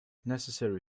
necessary